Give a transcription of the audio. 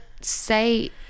say